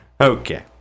Okay